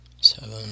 seven